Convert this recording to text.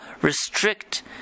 restrict